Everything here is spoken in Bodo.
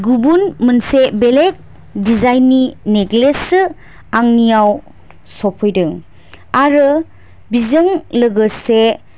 गुबुन मोनसे बेलेक दिजाइन नि नेकलेस सो आंनियाव सफैदों आरो बेजों लोगोसे